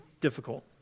difficult